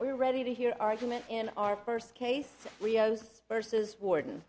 we're ready to hear argument in our first case rio's versus warden